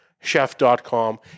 chef.com